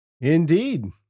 Indeed